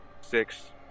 six